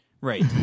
Right